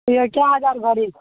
कए हजार भरी छै